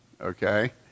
Okay